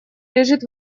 лежит